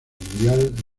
mundial